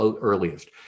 earliest